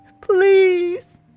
please